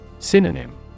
Synonym